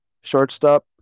shortstop